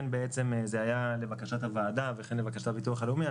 ה היה לבקשת הוועדה וכן לבקשת הביטוח הלאומי.